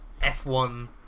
F1